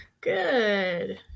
good